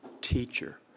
teacher